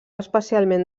especialment